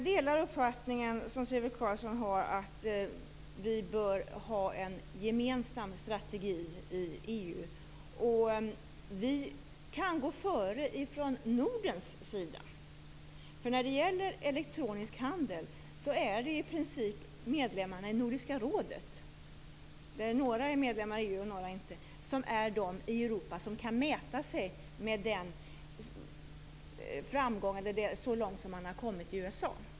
Herr talman! Jag delar Sivert Carlssons uppfattning att vi bör ha en gemensam strategi i EU. Vi kan gå före från Nordens sida, för när det gäller elektronisk handel är det i princip medlemmarna i Nordiska rådet, där några länder är medlemmar i EU, som är de i Europa som kan mäta sig med USA:s framgång på området.